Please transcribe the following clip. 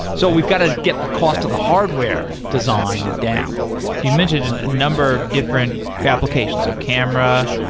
so we've got to get the cost of the hardware design down you mentioned a number of different applications of camera,